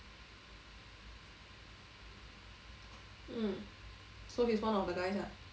mm so he's [one] of the guys lah